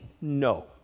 No